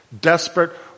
desperate